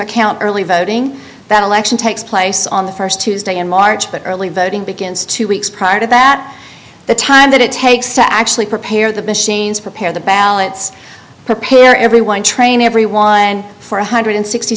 account early voting that election takes place on the st tuesday in march but early voting begins two weeks prior to that the time that it takes to actually prepare the machines prepare the ballots prepare everyone train everyone and for one hundred and sixty